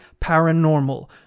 paranormal